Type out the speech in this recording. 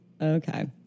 Okay